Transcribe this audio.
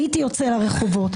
הייתי יוצא לרחובות.